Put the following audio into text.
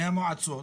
מהמועצות,